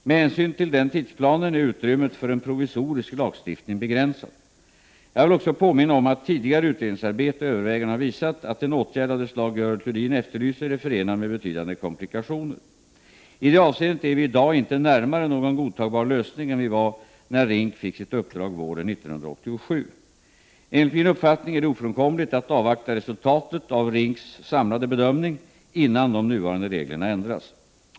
Med hänsyn till denna tidsplan är utrymmet för en provisorisk lagstiftning begränsat. Jag vill också påminna om att tidigare utredningsarbete och överväganden har visat att en åtgärd av det slag Görel Thurdin efterlyser är förenad med betydande komplikationer. I det avseendet är vi i dag inte närmare någon godtagbar lösning än vi var när RINK fick sitt uppdrag våren 1987. Enligt min uppfattning är det ofrånkomligt att avvakta resultatet av RINK:s samlade bedömning innan de nuvarande reglerna ändras.